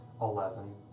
eleven